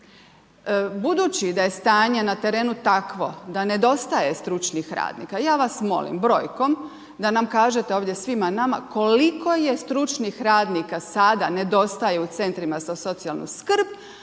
Budući da je stanje na terenu takvo, da nedostaje stručnih radnika, ja vas molim brojkom, da nam kažete ovdje svima nama, koliko je stručnih radnika, sada, nedostaje u centrima za socijalnu skrb.